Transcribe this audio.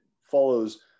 follows